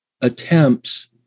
Attempts